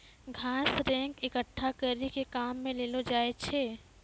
घास रेक एकठ्ठा करी के काम मे लैलो जाय छै